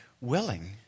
willing